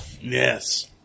yes